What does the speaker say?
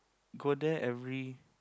go there every